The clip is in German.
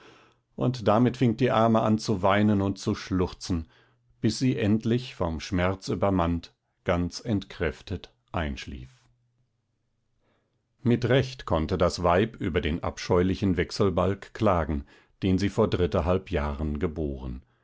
und damit fing die arme an zu weinen und zu schluchzen bis sie endlich vom schmerz übermannt ganz entkräftet einschlief mit recht konnte das weib über den abscheulichen wechselbalg klagen den sie vor drittehalb jahren geboren